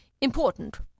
important